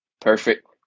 Perfect